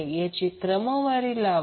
तर याची क्रमवारी लावा